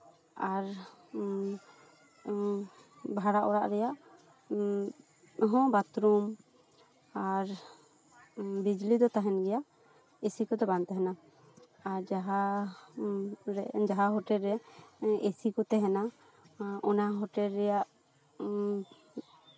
ᱟᱨ ᱵᱷᱟᱲᱟ ᱚᱲᱟᱜ ᱨᱮᱭᱟᱜ ᱦᱚᱸ ᱵᱟᱛᱷᱨᱩᱢ ᱟᱨ ᱵᱤᱡᱽᱞᱤ ᱛᱟᱦᱮᱱ ᱜᱮᱭᱟ ᱮᱥᱤ ᱠᱚᱫᱚ ᱵᱟᱝ ᱛᱟᱦᱮᱸᱱᱟ ᱟᱨ ᱡᱟᱦᱟᱸ ᱡᱟᱦᱟᱸ ᱦᱳᱴᱮᱞ ᱨᱮ ᱮᱥᱤ ᱠᱚ ᱛᱟᱦᱮᱸᱱᱟ ᱚᱱᱟ ᱦᱳᱴᱮᱞ ᱨᱮᱭᱟᱜ